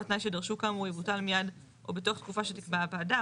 התנאי שידרשו כאמור יבוטל מיד או בתוך תקופה שתקבע הוועדה.